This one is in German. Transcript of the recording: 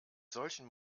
solchen